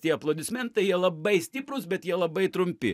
tie aplodismentai jie labai stiprūs bet jie labai trumpi